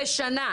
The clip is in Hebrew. בשנה,